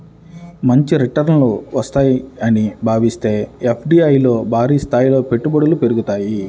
మంచి రిటర్నులు వస్తాయని భావిస్తే ఎఫ్డీఐల్లో భారీస్థాయిలో పెట్టుబడులు పెరుగుతాయి